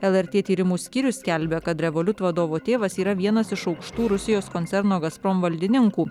lrt tyrimų skyrius skelbia kad revoliut vadovo tėvas yra vienas iš aukštų rusijos koncerno gazprom valdininkų